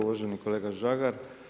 Uvaženi kolega Žagar.